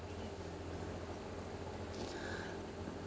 it's okay